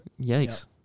Yikes